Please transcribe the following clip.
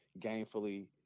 gainfully